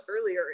earlier